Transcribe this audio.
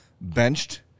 benched